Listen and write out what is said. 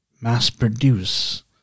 mass-produce